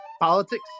politics